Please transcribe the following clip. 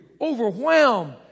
overwhelmed